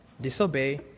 Disobey